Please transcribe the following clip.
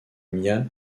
mia